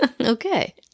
Okay